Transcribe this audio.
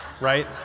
right